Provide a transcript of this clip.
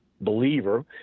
believer